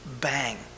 bang